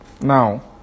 Now